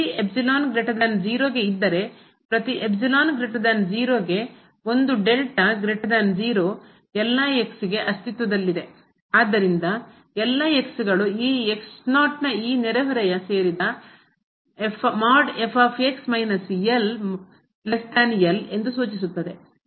ಪ್ರತಿ ಒಂದು ಎಲ್ಲ ಅಸ್ತಿತ್ವದಲ್ಲಿದೆ ಆದ್ದರಿಂದ ಎಲ್ಲ ಈ ನ ಈ ನೆರೆಹೊರೆಗೆ ಸೇರಿದ ಎಂದು ಸೂಚಿಸುತ್ತದೆ